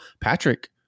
Patrick